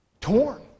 torn